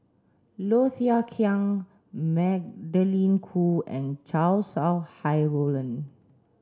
Low Thia Khiang Magdalene Khoo and Chow Sau Hai Roland